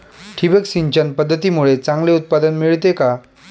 ठिबक सिंचन पद्धतीमुळे चांगले उत्पादन मिळते का?